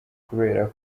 kubera